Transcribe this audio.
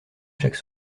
chaque